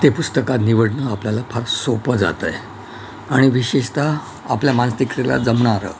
ते पुस्तकात निवडणं आपल्याला फार सोपं जातं आहे आणि विशेषतः आपल्या मानसिक जमणारं